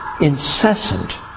incessant